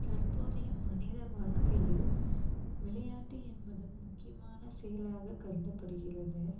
தற்போதைய மனித வாழ்க்கையில் விளையாட்டு என்பது முக்கியமான செயலாக கருதப்படுகிறது